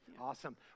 Awesome